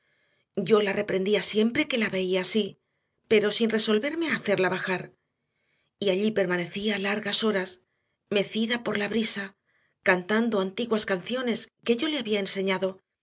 yo la reprendía siempre que la veía así pero sin resolverme a hacerla bajar y allí permanecía largas horas mecida por la brisa cantando antiguas canciones que yo le había enseñado